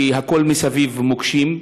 כי הכול מסביב מוקשים,